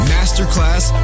Masterclass